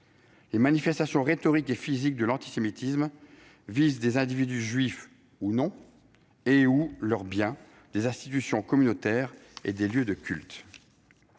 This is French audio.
Les manifestations rhétoriques et physiques de l'antisémitisme visent des individus juifs ou non et/ou leurs biens, des institutions communautaires et des lieux de culte.